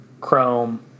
Chrome